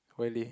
really